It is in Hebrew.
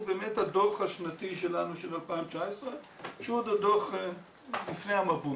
באמת הדוח השנתי שלנו של 2019 שהוא דוח לפני המבול,